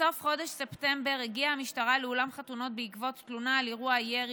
בסוף חודש ספטמבר הגיעה המשטרה לאולם חתונות בעקבות תלונה על אירוע ירי.